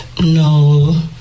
no